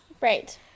Right